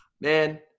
Man